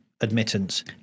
admittance